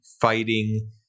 fighting